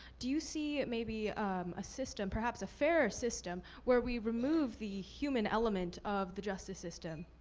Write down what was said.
do you see maybe a system, perhaps a fairer system where we remove the human element of the justice system?